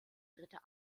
dritte